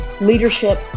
leadership